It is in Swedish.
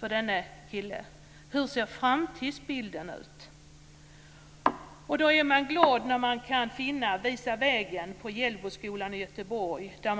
för denna kille, och hur ser hans framtidsbild ut? Man blir glad när man ser Hjällboskolan i Göteborg visa vägen.